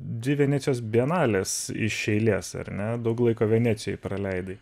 dvi venecijos bienalės iš eilės ar ne daug laiko venecijoj praleidai